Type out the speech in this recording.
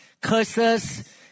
curses